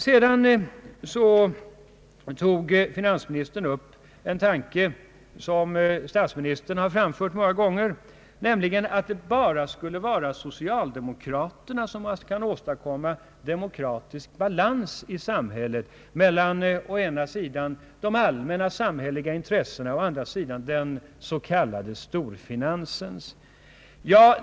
Sedan var finansministern inne på en tanke som statsministern har framfört många gånger, nämligen att det bara skulle vara socialdemokraterna som kan åstadkomma demokratisk balans i samhället mellan å ena sidan de allmänna samhälleliga intressena och å andra sidan den så kallade storfinansens.